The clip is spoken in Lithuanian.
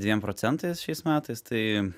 dviem procentais šiais metais tai